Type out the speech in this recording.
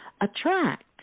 attract